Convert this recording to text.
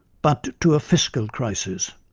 but to a fiscal crisis',